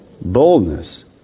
boldness